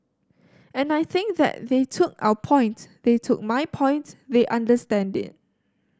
and I think that they took our point they took my point they understand it